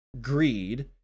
greed